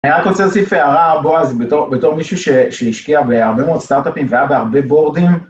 אני רק רוצה להוסיף הערה, בועז. בתור מישהו שהשקיע בהרבה מאוד סטארט-אפים והיה בהרבה בורדים.